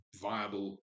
viable